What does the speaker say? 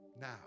now